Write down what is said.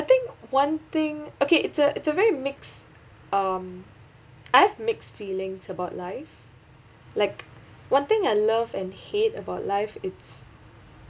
I think one thing okay it's a it's a very mixed um I've mixed feelings about life like one thing I love and hate about life it's